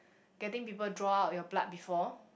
getting people draw out your blood before